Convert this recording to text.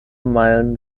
meilen